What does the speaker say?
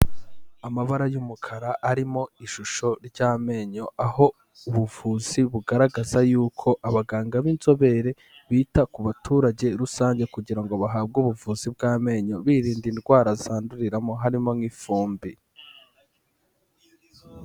Amabara y'umukara arimo ishusho ry'amenyo, aho ubuvuzi bugaragaza yuko abaganga b'inzobere bita ku baturage rusange kugirango bahabwe ubuvuzi bw'amenyo birinda indwara zanduriramo harimo nk'ifumbi.